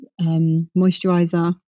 moisturizer